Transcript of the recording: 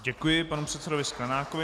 Děkuji panu předsedovi Sklenákovi.